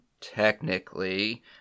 technically